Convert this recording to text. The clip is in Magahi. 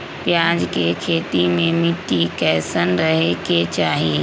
प्याज के खेती मे मिट्टी कैसन रहे के चाही?